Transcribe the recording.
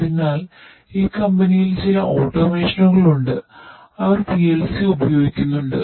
അതിനാൽ ഈ കമ്പനിയിൽ ഉണ്ട് അവർ PLC ഉപയോഗിക്കുന്നുണ്ട്